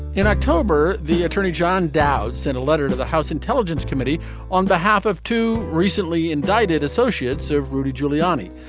in october the attorney john dowd sent a letter to the house intelligence committee on behalf of two recently indicted associates of rudy giuliani.